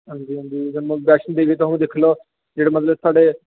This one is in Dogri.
हंजी हंजी वैष्णो देवी तुस दिक्खी लैओ जेहड़े मतलब कि साढ़े